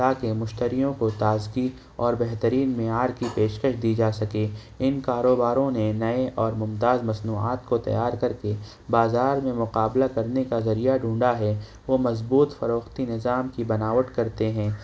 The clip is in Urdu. تاکہ مشتریوں کو تازگی اور بہترین معیار کی پیشکش دی جا سکے ان کاروباروں نے نئے اور ممتاز مصنوعات کو تیار کر کے بازار میں مقابلہ کرنے کا ذریعہ ڈھونڈا ہے وہ مضبوط فروختی نظام کی بناوٹ کرتے ہیں